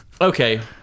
Okay